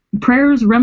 prayers